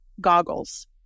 goggles